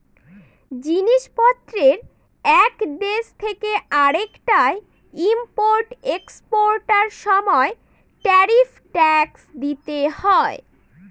জিনিস পত্রের এক দেশ থেকে আরেকটায় ইম্পোর্ট এক্সপোর্টার সময় ট্যারিফ ট্যাক্স দিতে হয়